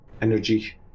energy